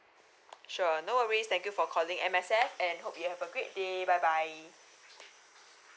sure no worries thank you for calling M_S_F and hope you have a great day bye bye